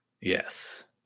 Yes